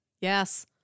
Yes